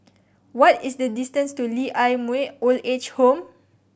what is the distance to Lee Ah Mooi Old Age Home